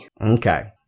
Okay